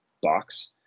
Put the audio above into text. box